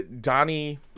Donnie